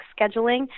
scheduling